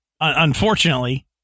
unfortunately